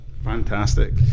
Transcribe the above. Fantastic